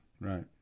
Right